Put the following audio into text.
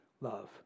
love